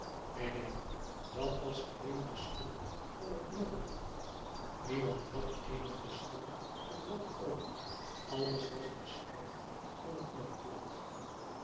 neen neen dat was alleen de schuld van het noodlot niemand had eenige schuld aan wat ook alles was de schuld van het noodlot